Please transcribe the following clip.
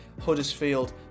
Huddersfield